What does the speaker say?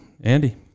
Andy